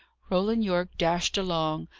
roland yorke dashed along,